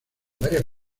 varias